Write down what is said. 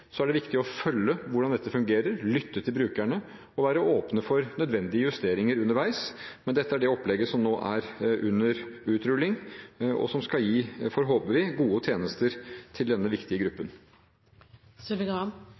det er viktig å følge opp hvordan dette fungerer, lytte til brukerne og være åpne for nødvendige justeringer underveis. Men dette er det opplegget som nå er under utrulling, og som skal gi – håper vi – gode tjenester til denne viktige